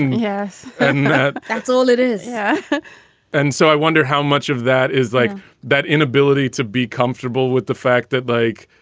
yes. and that's all it is yeah and so i wonder how much of that is like that inability to be comfortable with the fact that, like,